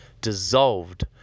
dissolved